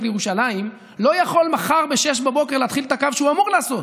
לירושלים לא יכול מחר ב-06:00 להתחיל את הקו שהוא אמור לעשות.